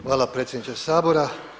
Hvala predsjedniče Sabora.